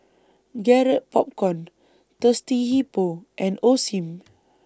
Garrett Popcorn Thirsty Hippo and Osim